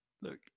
look